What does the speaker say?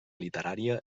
literària